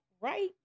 right